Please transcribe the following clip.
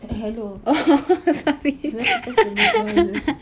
eh hello you're not supposed to make noises